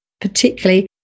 particularly